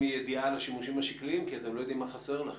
ידיעה על השימושים השקליים כי אתם לא יודעים מה חסר לכם.